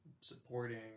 supporting